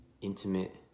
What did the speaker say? intimate